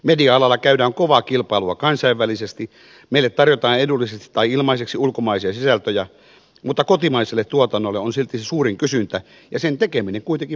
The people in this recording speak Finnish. media alalla käydään kovaa kilpailua kansainvälisesti meille tarjotaan edullisesti tai ilmaiseksi ulkomaisia sisältöjä mutta kotimaiselle tuotannolle on silti se suurin kysyntä ja sen tekeminen kuitenkin maksaa paljon